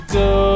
go